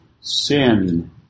sin